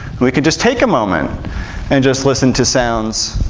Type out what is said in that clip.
we could just take a moment and just listen to sounds,